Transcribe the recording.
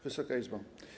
Wysoka Izbo!